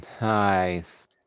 Nice